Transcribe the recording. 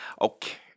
Okay